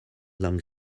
long